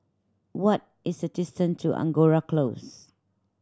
what is the distance to Angora Close